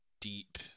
deep